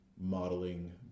modeling